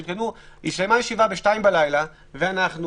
הסתיימה ישיבה בשתיים בלילה ואנחנו